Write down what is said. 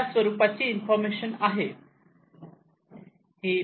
या स्वरूपाची इन्फॉर्मेशन आहे